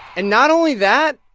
and not only that.